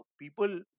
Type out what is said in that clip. people